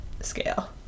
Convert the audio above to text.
scale